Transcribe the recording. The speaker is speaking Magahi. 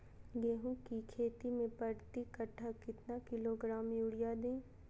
गेंहू की खेती में प्रति कट्ठा कितना किलोग्राम युरिया दे?